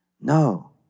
No